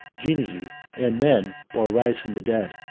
genii, and men will arise from the dead,